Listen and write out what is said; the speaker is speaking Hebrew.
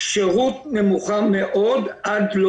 כשירות נמוכה מאוד עד לא